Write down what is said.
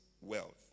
wealth